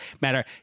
matter